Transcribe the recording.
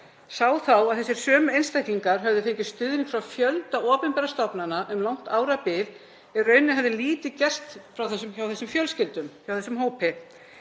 sá þá að þessir sömu einstaklingar höfðu fengið stuðning frá fjölda opinberra stofnanna um langt árabil. Í rauninni hafði lítið gerst hjá þessum fjölskyldum, hjá þessum hópi.